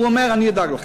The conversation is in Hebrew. והוא אומר: אני אדאג לכם.